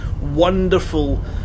wonderful